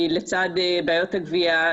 לצד בעיות הגבייה,